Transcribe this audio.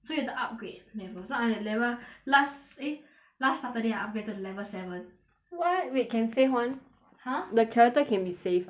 so you've to upgrade level so I'm at level last eh last saturday I upgraded to level seven [what] wait can save [one] !huh! the character can be saved ah